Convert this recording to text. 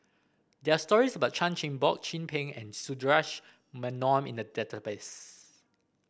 there are stories about Chan Chin Bock Chin Peng and Sundaresh Menon in the database